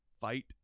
fight